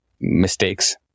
mistakes